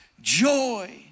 joy